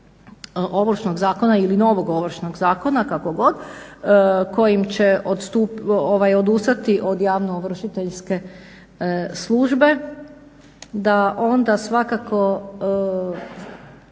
Ovršnog zakona ili novog Ovršnog zakona kako god, kojim će odustati od javno-ovršiteljske službe da onda svakako